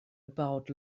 about